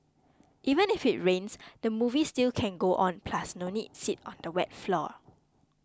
even if it rains the movie still can go on plus no need sit on the wet floor